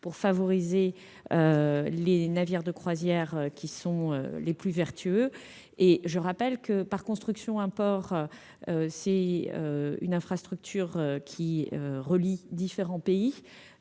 pour favoriser les navires de croisière les plus vertueux. Je rappelle que, par définition, un port est une infrastructure reliant différents pays.